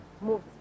Move